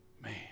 Man